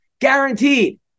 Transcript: guaranteed